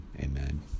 amen